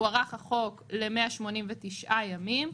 הוארך החוק ל-189 ימים.